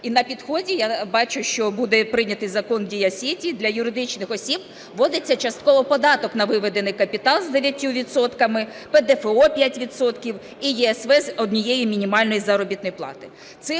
І на підході я бачу, що буде прийнятий Закон Дія Сіті: для юридичних осіб вводиться частково податок на виведений капітал з 9 відсотками, ПДФО – 5 відсотків і ЄСВ з однієї мінімальної заробітної плати.